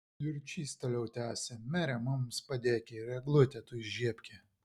jurčys toliau tęsė mere mums padėki ir eglutę tu įžiebki